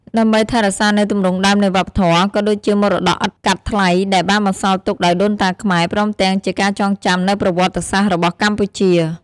ដើម្បីថែរក្សានូវទម្រង់ដើមនៃវប្បធម៌ ក៏ដូចជាមរតកឥតកាត់ថ្លៃដែលបានបន្សល់ទុកដោយដូនតាខ្មែរ ព្រមទាំងជាការចងចាំនូវប្រវត្តិសាស្ត្ររបស់កម្ពុជា។